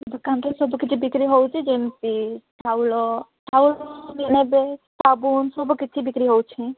ଦୋକାନରେ ସବୁ କିଛି ବିକ୍ରୀ ହେଉଛି ଯେମିତି ଚାଉଳ ଚାଉଳ ନେବେ ସାବୁନ ସବୁ କିଛି ବିକ୍ରୀ ହେଉଛି